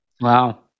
Wow